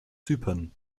zypern